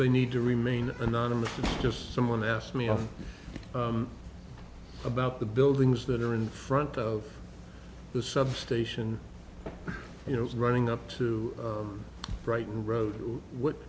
they need to remain anonymous it's just someone asked me off about the buildings that are in front of the substation you know running up to brighton road what